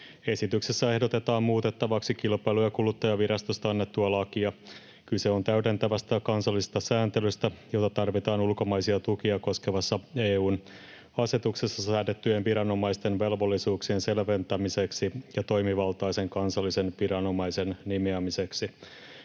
Esityksessä ehdotetaan muutettavaksi Kilpailu- ja kuluttajavirastosta annettua lakia. Kyse on täydentävästä kansallisesta sääntelystä, jota tarvitaan ulkomaisia tukia koskevassa EU:n asetuksessa säädettyjen viranomaisten velvollisuuksien selventämiseksi ja toimivaltaisen kansallisen viranomaisen nimeämiseksi.